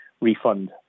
refund